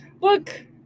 Look